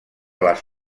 les